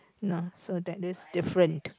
so that is different